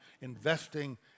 investing